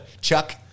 chuck